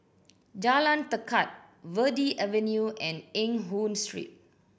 Jalan Tekad Verde Avenue and Eng Hoon Street